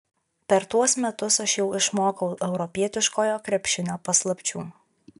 per tuos metus aš jau išmokau europietiškojo krepšinio paslapčių